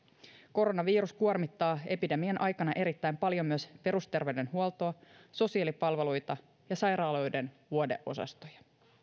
koronavirus kuormittaa epidemian aikana erittäin paljon myös perusterveydenhuoltoa sosiaalipalveluita ja sairaaloiden vuodeosastoja